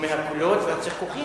מהקולות והצחקוקים.